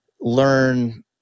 learn